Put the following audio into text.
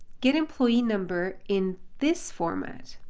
get employee number in this format.